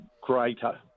greater